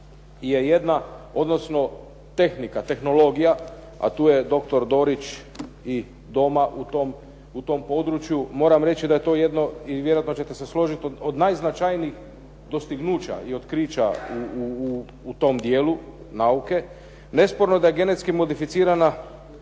je jedna odnosno tehnika, tehnologija, a tu je doktor Dorić i doma u tom području. Moram reći da je to jedno, i vjerojatno ćete se složit, od najznačajnijih dostignuća i otkrića u tom dijelu nauke. Nesporno je da genetsko modificiranje